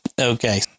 Okay